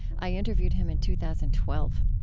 i interviewed him in two thousand twelve.